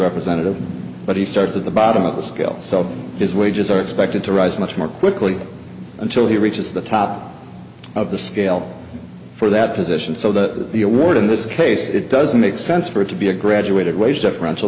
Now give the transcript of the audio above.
representative but he starts at the bottom of the scale so his wages are expected to rise much more quickly until he reaches the top of the scale for that position so that the award in this case it doesn't make sense for it to be a graduated wage d